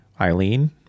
Eileen